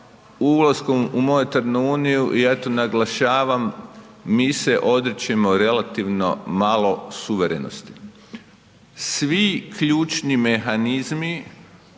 ulaskom u monetarnu uniju, ja to naglašavam, mi se odričemo relativno malo suverenosti. Svi ključni mehanizmi